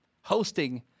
hosting